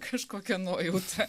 kažkokia nuojauta